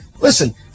listen